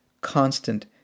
constant